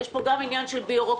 יש פה גם עניין של בירוקרטיה,